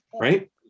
right